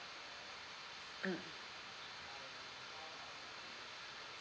mm